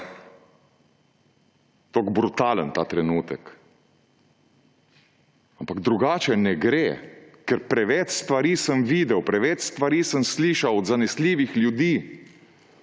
tako brutalen ta trenutek, ampak drugače ne gre, ker preveč stvari sem videl, preveč stvari sem slišal od zanesljivih ljudi,